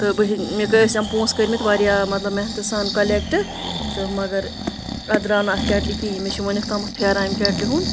تہٕ بہٕ مے ٲسۍ یِم پونٛسہٕ کٔرۍ مٕتۍ واریاہ مطلب محنتہٕ سان کَلیکٹ تہٕ مگر اَتھ درٛاو نہٕ اَتھ کیٹلہِ کِہیٖنۍ مےٚ چھِ وُنیُٚک تامَتھ پھیران اَمہِ کیٹلہِ ہُنٛد